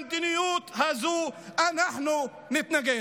למדיניות הזו אנחנו נתנגד.